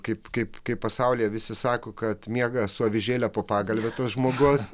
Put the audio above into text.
kaip kaip kaip pasaulyje visi sako kad miega su avižėle po pagalve tas žmogus